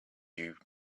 you